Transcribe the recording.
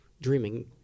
Dreaming